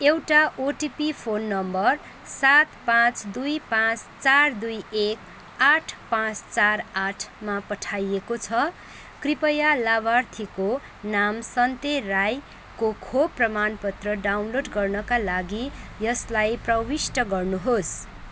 एउटा OTP phone number सात पाँच दुई पाँच चार दुई एक आठ पाँच चार आठमा पठाइएको छ कृपया लाभार्थीको नाम सन्ते राईको खोप प्रमाणपत्र डाउनलोड गर्नका लागि यसलाई प्रविष्ट गर्नुहोस्